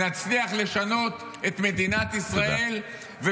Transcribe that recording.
נצליח לשנות את מדינת ישראל,